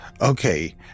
Okay